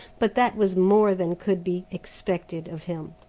but that was more than could be expected of him,